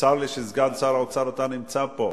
וצר לי שסגן שר האוצר, אתה נמצא פה.